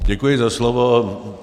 Děkuji za slovo.